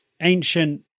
ancient